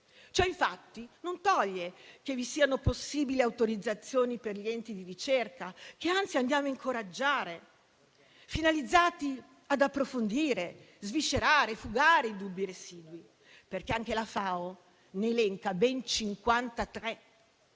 Ciò infatti non toglie che vi siano possibili autorizzazioni per gli enti di ricerca - che anzi andiamo a incoraggiare - finalizzati ad approfondire, sviscerare e fugare i dubbi residui, perché anche la FAO ne elenca ben 53